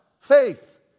Faith